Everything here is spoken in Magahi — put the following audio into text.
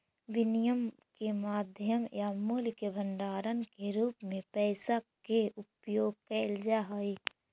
विनिमय के माध्यम या मूल्य के भंडारण के रूप में पैसा के उपयोग कैल जा हई